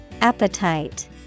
Appetite